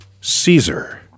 Caesar